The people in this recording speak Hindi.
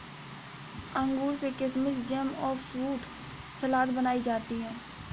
अंगूर से किशमिस जैम और फ्रूट सलाद बनाई जाती है